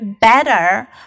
better